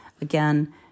again